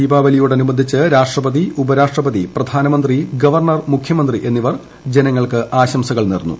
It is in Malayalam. ദീപാവലിയോട് അനുബന്ധിച്ച് രാഷ്ട്രപതി ഉപരാഷ്ട്രപതി പ്രധാനമന്ത്രി ഗവർണർ മുഖ്യമന്ത്രി എന്നിവർ ജനങ്ങൾക്ക് ആശംസകൾ നേർന്നു